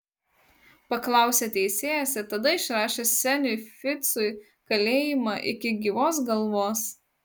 paklausė teisėjas ir tada išrašė seniui ficui kalėjimą iki gyvos galvos